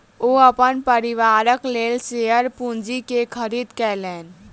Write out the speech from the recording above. ओ अपन परिवारक लेल शेयर पूंजी के खरीद केलैन